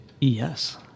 Yes